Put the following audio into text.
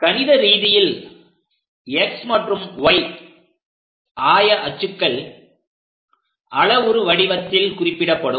கணித ரீதியில் x மற்றும் y ஆயஅச்சுக்கள் அளவுரு வடிவத்தில் குறிப்பிடப்படும்